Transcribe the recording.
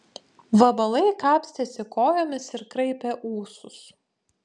vabalai kapstėsi kojomis ir kraipė ūsus